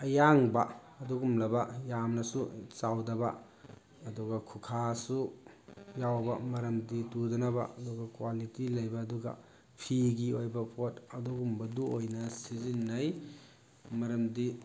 ꯑꯌꯥꯡꯕ ꯑꯗꯨꯒꯨꯝꯂꯕ ꯌꯥꯝꯅꯁꯨ ꯆꯥꯎꯗꯕ ꯑꯗꯨꯒ ꯈꯨꯈꯥꯁꯨ ꯌꯥꯎꯕ ꯃꯔꯝꯗꯤ ꯇꯨꯗꯅꯕ ꯑꯗꯨꯒ ꯀ꯭ꯋꯥꯂꯤꯇꯤ ꯂꯩꯕ ꯑꯗꯨꯒ ꯐꯤꯒꯤ ꯑꯣꯏꯕ ꯄꯣꯠ ꯑꯗꯨꯒꯨꯝꯕꯗꯨ ꯑꯣꯏꯅ ꯁꯤꯖꯤꯟꯅꯩ ꯃꯔꯝꯗꯤ